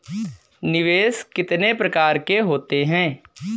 निवेश कितने प्रकार के होते हैं?